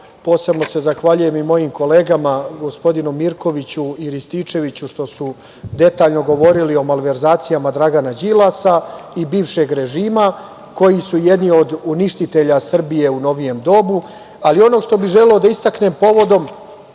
Malog. Posebno se zahvaljujem i mojim kolegama, gospodinu Mirkoviću i Rističeviću, što su detaljno govorili o malverzacijama Dragana Đilasa i bivšeg režima, koji su jedni od uništitelja Srbije u novijem dobu, ali ono što bih želeo da istaknem povodom